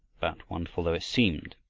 but, wonderful though it seemed,